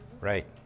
Right